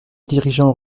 dirigeants